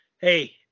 Hey